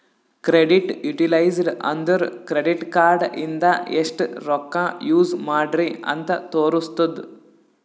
credit utilized ಅಂದುರ್ credit card ಇಂದ ಎಸ್ಟ್ ರೊಕ್ಕಾ ಯೂಸ್ ಮಾಡ್ರಿ ಅಂತ್ ತೋರುಸ್ತುದ್